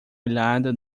olhada